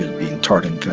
being tarred and